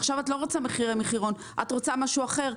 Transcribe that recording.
עכשיו את לא רוצה מחירי מחירון, את רוצה משהו אחר.